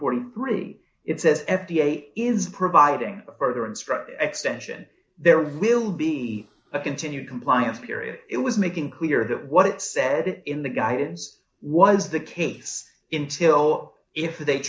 forty three dollars it says f d a is providing further instruction extension there will be a continued compliance period it was making clear that what it said in the guidance was the case intil if they